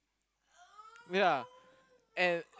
yeah and